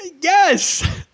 Yes